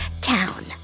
town